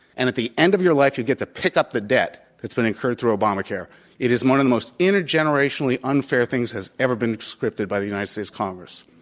and at the end of your life, you get to pick up the debt that's been incurred through obamacare it is one of the most inter-generationally unfair things that has ever been scripted by the united states congress.